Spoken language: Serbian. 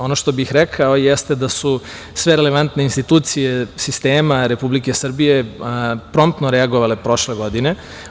Ono što bih rekao jeste da su sve relevantne institucije sistema Republike Srbije promptno reagovale prošle godine.